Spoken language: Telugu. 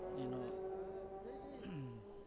నేను